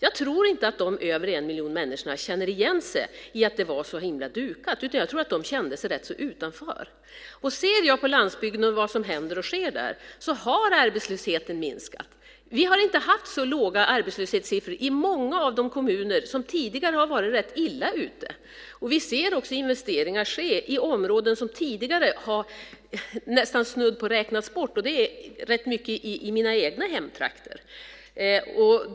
Jag tror inte att de över en miljon människorna känner igen sig i att det var så himla dukat, utan jag tror att de kände sig rätt utanför. Om jag ser på landsbygden och på vad som händer och sker där ser jag att arbetslösheten har minskat. Vi har inte haft så låga arbetslöshetssiffror i många av de kommuner som tidigare har varit rätt illa ute. Vi ser också investeringar ske i områden som tidigare snudd på har räknats bort. Det gäller rätt mycket i mina egna hemtrakter.